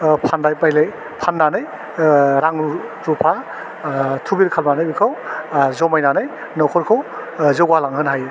ओह फानलाइ बायलाइ फान्नानै ओह रां रु रुफा ओह थुबिर खालामनानै बेखौ ओह जमायनानै नखरखौ ओह जौगालांहोनो हायो